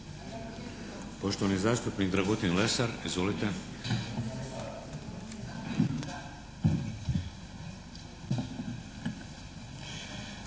Poštovani zastupnik Dragutin Lesar. Izvolite.